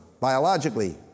biologically